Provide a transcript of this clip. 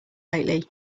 lately